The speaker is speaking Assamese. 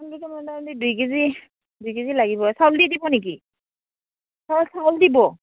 দুই কেজি দুই কেজি লাগিব চাউল দি দিব নেকি চাউল চাউল দিব